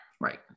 right